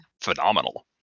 phenomenal